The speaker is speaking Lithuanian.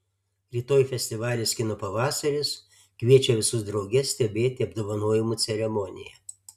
rytoj festivalis kino pavasaris kviečia visus drauge stebėti apdovanojimų ceremoniją